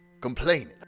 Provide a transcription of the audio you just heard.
Complaining